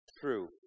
true